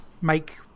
make